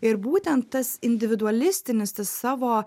ir būtent tas individualistinis tas savo